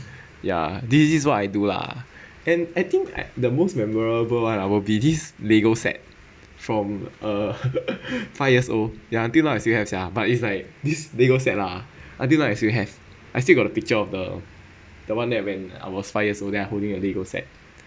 ya this is what I do lah and I think the most memorable one ah will be this lego set from uh five years old ya until now I still have ya but it's like this lego set lah until now I still have I still got the picture of the the one that when I was five years old then I holding a lego set